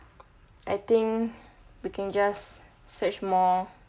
I think we can just search more